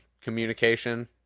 communication